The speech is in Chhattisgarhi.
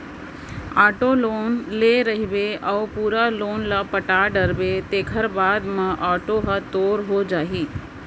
आटो लोन ले रहिबे अउ पूरा लोन ल पटा देबे तेखर बाद म आटो ह तोर हो जाही